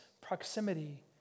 proximity